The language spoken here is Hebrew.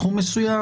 תחום מסוים?